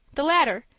the latter,